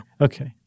Okay